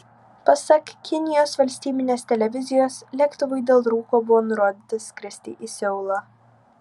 pasak kinijos valstybinės televizijos lėktuvui dėl rūko buvo nurodyta skristi į seulą